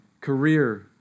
career